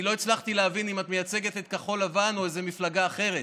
אני לא הצלחתי להבין אם את מייצגת את כחול לבן או איזו מפלגה אחרת.